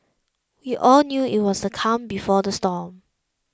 we all knew it was the calm before the storm